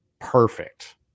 perfect